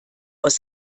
aus